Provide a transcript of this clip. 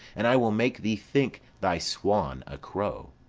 and i will make thee think thy swan a crow.